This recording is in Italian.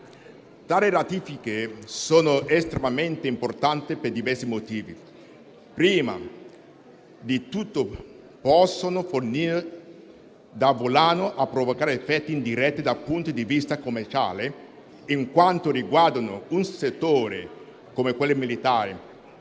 Tali ratifiche sono estremamente importanti per diversi motivi. Prima di tutto, possono servire da volano nel provocare effetti indiretti dal punto di vista commerciale, in quanto riguardano un settore, come quello militare,